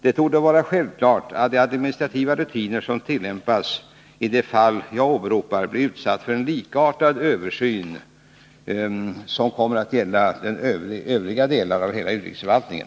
Det borde vara självklart att de administrativa rutiner som tillämpas i det fall jag åberopar blir utsatta för en likartad översyn som kommer att gälla övriga delar av hela utrikesförvaltningen.